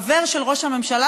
חבר של ראש הממשלה,